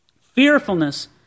Fearfulness